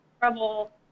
trouble